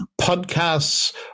podcasts